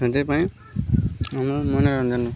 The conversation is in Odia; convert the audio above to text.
ସଜେଇ ପାଇଁ ଆମର ମନୋରଞ୍ଜନ